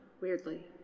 weirdly